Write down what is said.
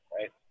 right